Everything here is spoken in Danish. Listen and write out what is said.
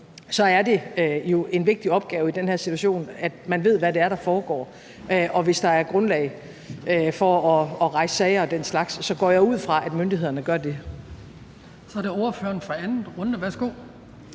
at det jo er en vigtig opgave i den her situation, at man ved, hvad der foregår, og hvis der er grundlag for at rejse sager og den slags, går jeg ud fra, at myndighederne gør det. Kl. 14:39 Den fg. formand (Hans